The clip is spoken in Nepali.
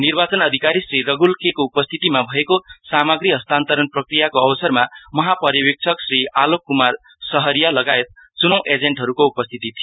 निर्वाचन अधिकारी श्री रघुल के को उपस्थितिमा भएको सामाग्री हस्तान्तरण प्रक्रियाको अवसरमा महापर्यावेक्षक श्री आलक कुमार शहरीया लगायत चुनाउ एजेन्टहरूको उपस्थिति थियो